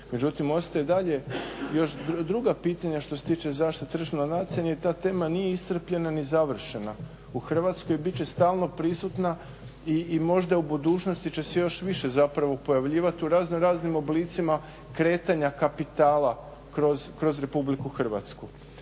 Međutim, ostaju i dalje još druga pitanja što se tiče zaštite tržišnog natjecanja i ta tema nije iscrpljena ni završena u Hrvatskoj i bit će stalno prisutna i možda u budućnosti će se još više zapravo pojavljivati u raznoraznim oblicima kretanja kapitala kroz RH.